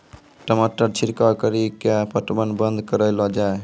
टमाटर छिड़काव कड़ी क्या पटवन बंद करऽ लो जाए?